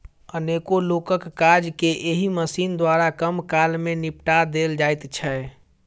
अनेको लोकक काज के एहि मशीन द्वारा कम काल मे निपटा देल जाइत छै